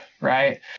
right